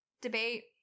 debate